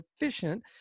efficient